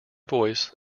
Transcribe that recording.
voice